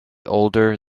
older